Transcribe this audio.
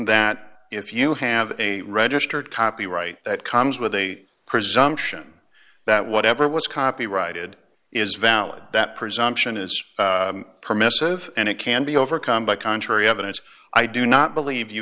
that if you have a registered copyright that comes with a presumption that whatever was copyrighted is valid that presumption is permissive and it can be overcome by contrary evidence i do not believe you